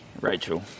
Rachel